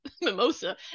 mimosa